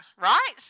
right